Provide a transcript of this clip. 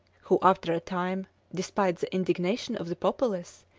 who, after a time, despite the indignation of the populace,